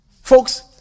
Folks